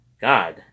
God